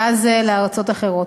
ואז לארצות אחרות.